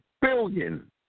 billion